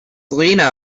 lena